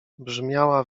brzmiała